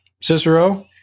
Cicero